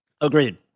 Agreed